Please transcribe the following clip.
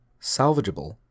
salvageable